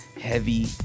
heavy